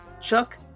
Chuck